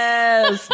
Yes